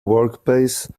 workspace